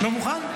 לא מוכן?